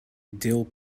dill